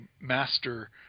master